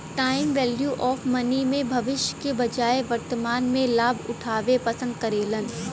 time value of money में भविष्य के बजाय वर्तमान में लाभ उठावे पसंद करेलन